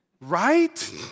Right